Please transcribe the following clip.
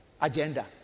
agenda